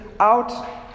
out